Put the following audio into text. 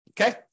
Okay